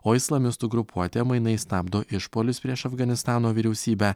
o islamistų grupuotė mainais stabdo išpuolius prieš afganistano vyriausybę